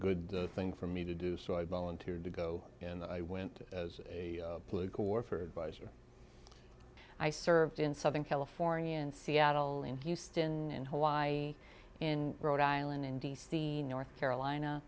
good thing for me to do so i volunteered to go and i went as a political warfare advisor i served in southern california and seattle in houston in hawaii in rhode island in d c north carolina